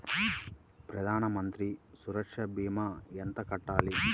ప్రధాన మంత్రి సురక్ష భీమా ఎంత కట్టాలి?